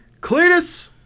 Cletus